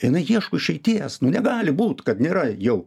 jinai ieško išeities nu negali būti kad nėra jau